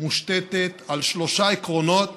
מושתתת על שלושה עקרונות